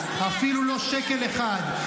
אפילו לא שקל אחד.